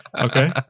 Okay